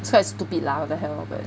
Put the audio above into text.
so I stupid lah what the hell but